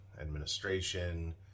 administration